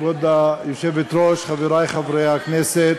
לא על הכשרות, כבוד היושבת-ראש, חברי חברי הכנסת,